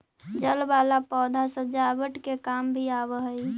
जल वाला पौधा सजावट के काम भी आवऽ हई